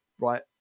right